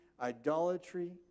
idolatry